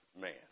man